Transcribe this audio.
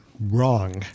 Wrong